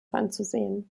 anzusehen